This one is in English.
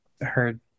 heard